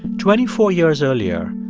twenty-four years earlier,